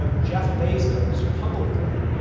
ah jeff bezos publicly,